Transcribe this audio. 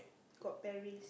got Paris